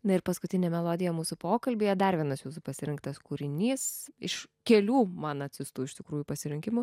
na ir paskutinė melodija mūsų pokalbyje dar vienas jūsų pasirinktas kūrinys iš kelių man atsiųstų iš tikrųjų pasirinkimų